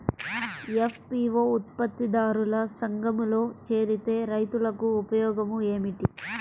FPO ఉత్పత్తి దారుల సంఘములో చేరితే రైతులకు ఉపయోగము ఏమిటి?